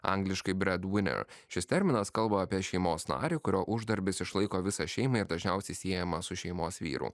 angliškai breadwinner šis terminas kalba apie šeimos narį kurio uždarbis išlaiko visą šeimą ir dažniausiai siejamas su šeimos vyru